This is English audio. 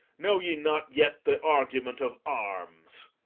know ye not yet the argument of arms?